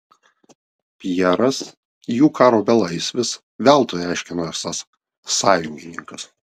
pjeras jų karo belaisvis veltui aiškino esąs sąjungininkas